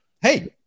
Hey